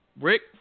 Rick